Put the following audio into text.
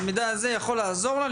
שהמידע הזה יכול לעזור לה.